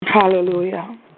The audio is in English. Hallelujah